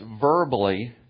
verbally